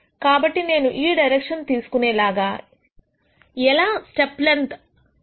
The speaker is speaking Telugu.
కాబట్టి నేను ఈ డైరెక్షన్ తీసుకునే లాగా ఎలా స్టెప్ లెన్త్ హలో అను కనుగొనవచ్చు